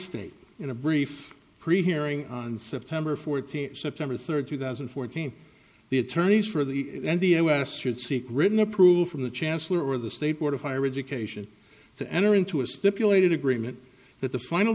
state in a brief pre hearing on september fourteenth september third two thousand and fourteen the attorneys for the us should seek written approval from the chancellor or the state board of higher education to enter into a stipulated agreement that the final